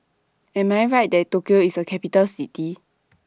Am I Right that Tokyo IS A Capital City